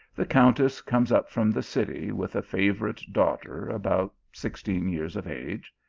the countess comes up from the city, with a favourite daughter about sixteen years of age.